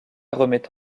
remet